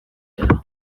gero